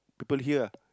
people hear ah